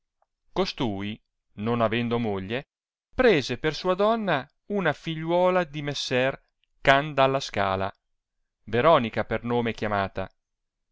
costui non avendo moglie prese per sua donna una figliuola di messer can dalla scala veronica per nome chiamata